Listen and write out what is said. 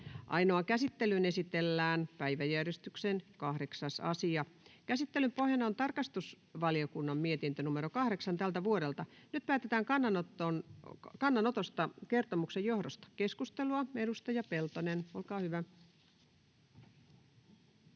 Ainoaan käsittelyyn esitellään päiväjärjestyksen 8. asia. Käsittelyn pohjana on tarkastusvaliokunnan mietintö TrVM 8/2024 vp. Nyt päätetään kannanotosta kertomuksen johdosta. — Keskustelua. Edustaja Peltonen, olkaa hyvä.